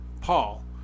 Paul